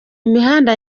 imihanda